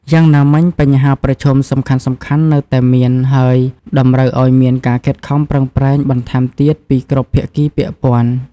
យ៉ាងណាមិញ បញ្ហាប្រឈមសំខាន់ៗនៅតែមាន ហើយតម្រូវឱ្យមានការខិតខំប្រឹងប្រែងបន្ថែមទៀតពីគ្រប់ភាគីពាក់ព័ន្ធ។